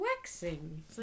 waxing